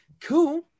Cool